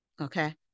Okay